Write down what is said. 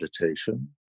meditation